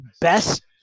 best